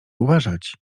uważać